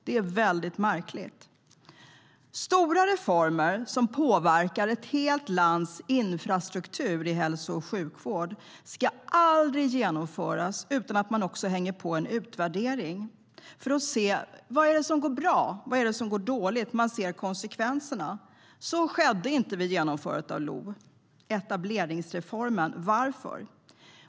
Det är väldigt märkligt. Stora reformer som påverkar ett helt lands hälso och sjukvårdsinfrastruktur ska aldrig genomföras utan att man gör en utvärdering för att se vad det är som är bra och vad det är som går dåligt och sedan gör en bedömning av konsekvenserna. Så skedde inte vid genomförandet av etableringsreformen LOV. Varför?